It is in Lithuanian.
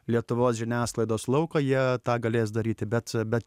lietuvos žiniasklaidos lauką jie tą galės daryti bet bet